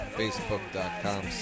facebook.com